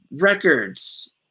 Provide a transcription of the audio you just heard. records